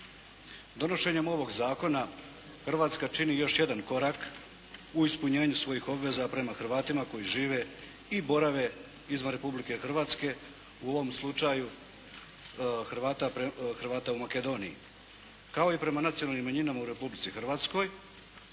Donošenjem ovog zakona Hrvatska čini još jedan korak u ispunjenju svojih obveza prema Hrvatima koji žive i borave izvan Republike Hrvatske u ovom slučaju Hrvata u Makedoniji kao i prema nacionalnim manjinama u Republici Hrvatskoj